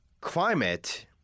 Climate